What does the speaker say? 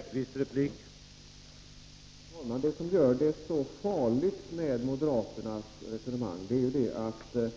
Herr talman! Det som gör moderaternas resonemang så farligt är att vapnen